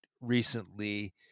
recently